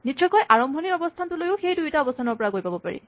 নিশ্চয়কৈ আৰম্ভণিৰ অৱস্হানটোলৈয়ো সেই দুয়োটা অৱস্হানৰ পৰা গৈ পাব পাৰি